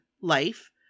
life